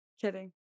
Kidding